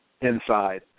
inside